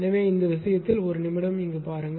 எனவே இந்த விஷயத்தில் ஒரு நிமிடம் பாருங்கள்